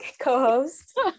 co-host